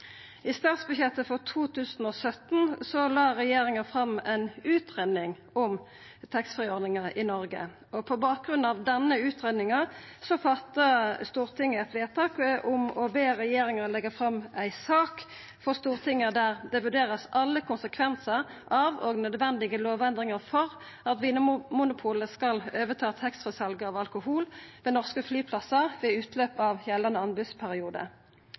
I statsbudsjettet for 2017 la regjeringa fram ei utgreiing om taxfree-ordninga i Noreg, og på bakgrunn av denne utgreiinga fatta Stortinget eit vedtak om å be «regjeringen legge frem en sak for Stortinget der det vurderes alle konsekvenser av og nødvendige lovendringer for at Vinmonopolet skal overta taxfree-salget av alkohol ved norske flyplasser ved utløp av gjeldende